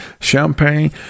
champagne